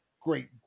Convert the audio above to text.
great